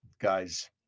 guys